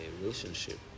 relationship